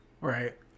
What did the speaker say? right